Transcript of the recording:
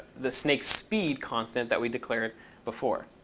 the snake speed constant that we declared before.